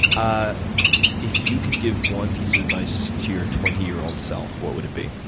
ah if you could give one piece of advice to your twenty year old self, what would it be?